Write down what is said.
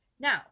Now